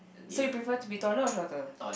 so you prefer to be taller or shorter